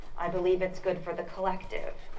i believe it's good for the collective,